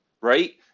Right